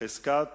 (חזקת